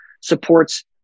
supports